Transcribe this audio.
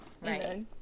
right